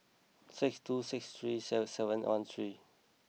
six two six three six seven one three